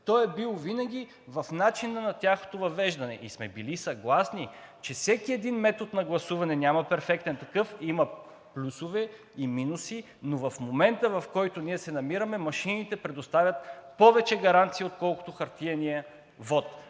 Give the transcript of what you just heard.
Той е бил винаги в начина на тяхното въвеждане и сме били съгласни, че всеки метод на гласуване, няма перфектен такъв, има плюсове и минуси, но в момента, в който се намираме, машините предоставят повече гаранция, отколкото хартиеният вот.